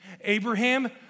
Abraham